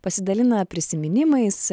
pasidalina prisiminimais